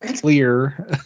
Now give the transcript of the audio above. Clear